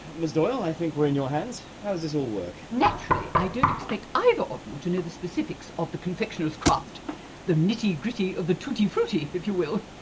ms doyle, i think we're in your hands. how does it all work? naturally i don't expect either of you to know the specifics of the confectioner's craft the nitty gritty of the tutti-frutti, if you will